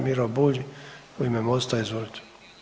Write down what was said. Miro Bulj u ime Mosta, izvolite.